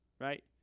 right